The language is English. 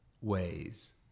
ways